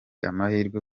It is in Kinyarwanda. amahirwe